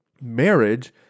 Marriage